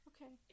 Okay